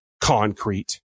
concrete